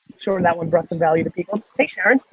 sure that one brought some value to people. hey sharon.